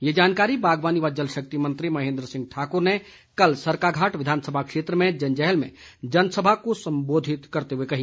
ये जानकारी बागवानी व जल शक्ति मंत्री महेंद्र सिंह ठाकर ने कल सरकाघाट विधानसभा क्षेत्र में जंजहैल में जनसभा को संबोधित करते हुए कही